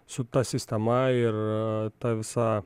su ta sistema ir ta visa